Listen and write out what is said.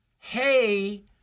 hey